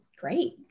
great